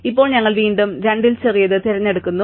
ഇപ്പോൾ ഞങ്ങൾ വീണ്ടും രണ്ടിൽ ചെറിയത് തിരഞ്ഞെടുക്കുന്നു